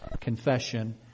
Confession